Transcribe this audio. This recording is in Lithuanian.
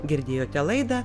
girdėjote laidą